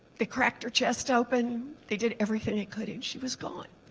they cracked her chest open, they did everything they could and she was gone.